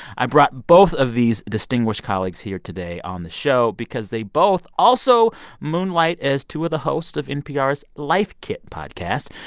i brought both of these distinguished colleagues here today on the show because they both also moonlight as two of the hosts of npr's life kit podcast,